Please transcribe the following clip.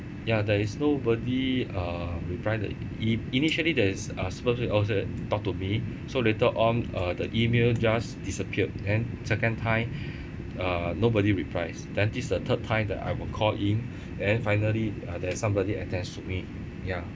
ya there is nobody uh reply the E~ initially there's uh supposed to be I would say talk to me so later on uh the E-mail just disappeared then second time uh nobody replies then this the third time that I will call in then finally uh there's somebody attends to me ya